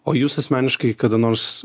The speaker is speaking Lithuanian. o jūs asmeniškai kada nors